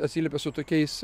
atsiliepė su tokiais